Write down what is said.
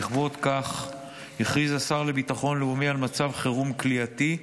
בעקבות זאת הכריז השר לביטחון לאומי על מצב חירום כליאתי,